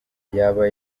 yaba